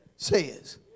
Says